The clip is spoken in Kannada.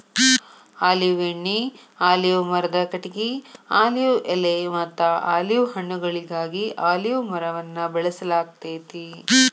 ಆಲಿವ್ ಎಣ್ಣಿ, ಆಲಿವ್ ಮರದ ಕಟಗಿ, ಆಲಿವ್ ಎಲೆಮತ್ತ ಆಲಿವ್ ಹಣ್ಣುಗಳಿಗಾಗಿ ಅಲಿವ್ ಮರವನ್ನ ಬೆಳಸಲಾಗ್ತೇತಿ